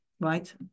Right